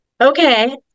okay